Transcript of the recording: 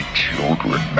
children